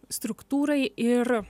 struktūrai ir